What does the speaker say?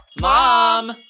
Mom